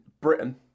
Britain